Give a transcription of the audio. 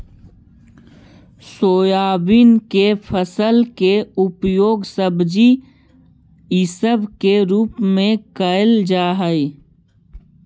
soybean के फल के उपयोग सब्जी इसब के रूप में कयल जा हई